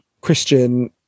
Christian